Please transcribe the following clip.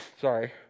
Sorry